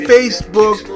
Facebook